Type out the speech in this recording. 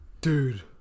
Dude